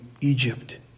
Egypt